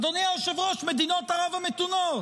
אדוני היושב-ראש, מדינות ערב המתונות,